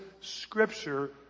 Scripture